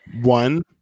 One